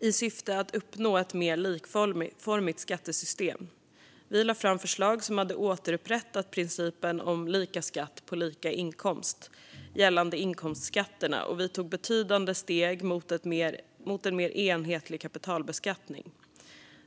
i syfte att uppnå ett mer likformigt skattesystem. Vi lade fram förslag som hade återupprättat principen om lika skatt på lika inkomst gällande inkomstskatterna, och vi tog betydande steg mot en mer enhetlig kapitalbeskattning.